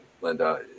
Linda